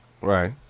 Right